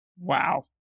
Wow